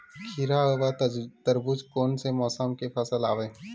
खीरा व तरबुज कोन से मौसम के फसल आवेय?